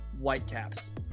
Whitecaps